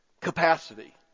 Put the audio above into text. capacity